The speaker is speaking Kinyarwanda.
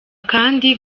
kandi